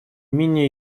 менее